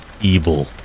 evil